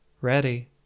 Ready